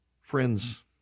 Friends